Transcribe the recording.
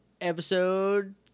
episode